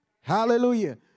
Hallelujah